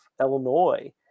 Illinois